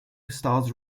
stars